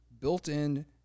built-in